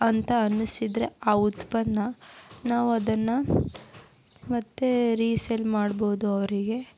ಅಂತ ಅನಿಸಿದರೆ ಆ ಉತ್ಪನ್ನ ನಾವದನ್ನು ಮತ್ತೆ ರಿಸೇಲ್ ಮಾಡ್ಬೋದು ಅವರಿಗೆ